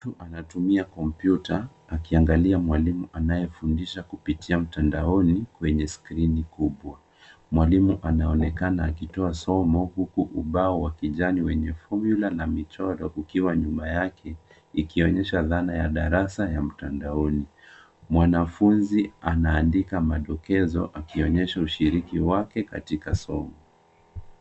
Mru anatumia kompyuta akiangalia mwalimu anayefundisha kupitia mtandaoni kwenye skreeni kubwa. Mwalimu anaonekana akitoa somo huku ubao wa kijani wenye fomula na michoro ukiwa nyuma yake ikionyesha dhana ya darasa la mtandaoni. Mwalimu anaandika madokezo akionyesha ushiriki wake katika somo.